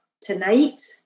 tonight